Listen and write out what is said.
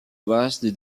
vaste